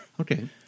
Okay